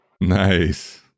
nice